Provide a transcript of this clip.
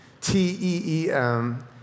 T-E-E-M